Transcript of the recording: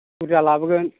बुरजा लाबोगोन